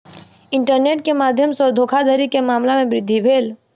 internet के माध्यम सॅ धोखाधड़ी के मामला में वृद्धि भेल